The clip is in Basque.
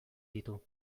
ditu